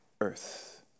earth